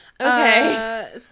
Okay